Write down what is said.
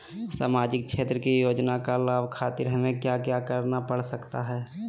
सामाजिक क्षेत्र की योजनाओं का लाभ खातिर हमें क्या क्या करना पड़ सकता है?